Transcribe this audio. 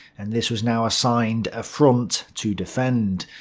and this was now assigned a front to defend,